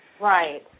Right